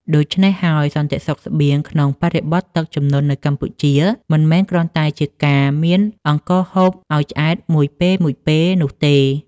ដូច្នេះហើយ សន្តិសុខស្បៀងក្នុងបរិបទទឹកជំនន់នៅកម្ពុជា មិនមែនគ្រាន់តែជាការមានអង្ករហូបឱ្យឆ្អែតមួយពេលៗនោះទេ។